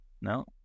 no